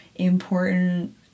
important